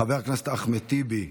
חבר הכנסת אחמד טיבי,